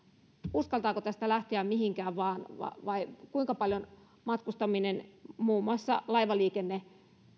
uskaltaako tästä lähteä mihinkään ja kuinka paljon matkustaminen muun muassa laivaliikenne